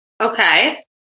Okay